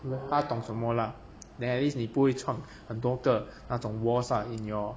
问他懂什么 lah then at least 你不会创很多个那种 walls ah in your